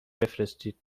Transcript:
بفرستید